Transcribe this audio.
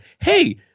Hey